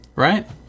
right